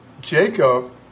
Jacob